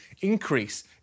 increase